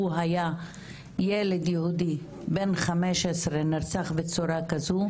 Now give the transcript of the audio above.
היה ילד יהודי בן 15 שנרצח בצורה כזו,